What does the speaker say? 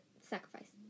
sacrifice